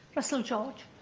russell george